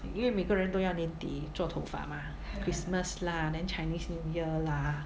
因为每个人都要年底做头发 mah christmas lah then chinese new year lah